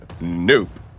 Nope